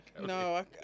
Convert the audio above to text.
No